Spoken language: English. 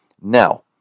Now